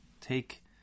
take